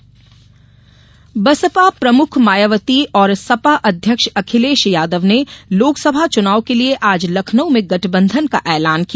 गठबंधन बसपा प्रमुख मायावती और सपा अध्यक्ष अखिलेश यादव ने लोकसभा चुनाव के लिए आज लखनऊ में गठबंधन का ऐलान किया